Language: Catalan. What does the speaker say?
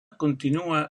continua